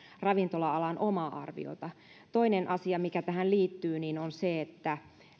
ravintola alan omaa arviota toinen asia mikä tähän liittyy on se että